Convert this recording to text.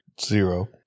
Zero